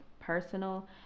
personal